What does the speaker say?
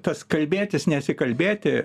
tas kalbėtis nesikalbėti